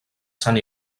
sant